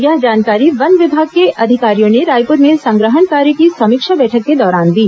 यह जानकारी वन विभाग के अधिकारियों ने रायपुर में संग्रहण कार्य की समीक्षा बैठक के दौरान दी